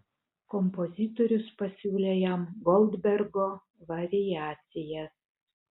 kompozitorius pasiūlė jam goldbergo variacijas